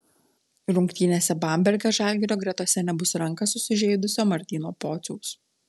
rungtynėse bamberge žalgirio gretose nebus ranką susižeidusio martyno pociaus